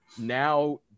Now